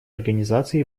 организации